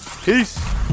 Peace